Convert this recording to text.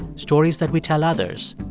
stories that we tell others,